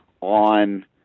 on